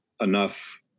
enough